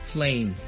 Flame